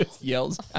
Yells